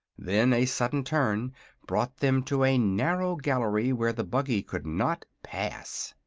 then a sudden turn brought them to a narrow gallery where the buggy could not pass.